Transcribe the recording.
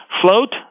float